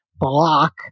block